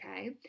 okay